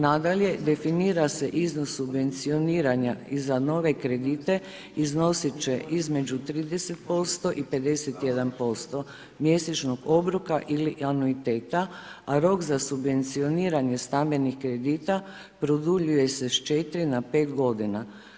Nadalje, definira se iznos subvencioniranja i za nove kredite, iznosit će između 30% i 51% mjesečnog obroka ili anuiteta, a rok za subvencioniranje stambenih kredita produljuje se sa 4 na 5 godina.